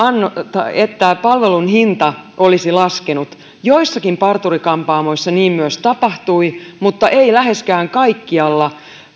että palvelun hinta olisi laskenut joissakin parturi kampaamoissa niin myös tapahtui mutta ei läheskään kaikkialla